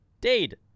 Dade